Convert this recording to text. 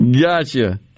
Gotcha